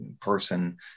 person